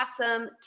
awesome